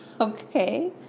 Okay